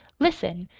listen!